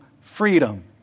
freedom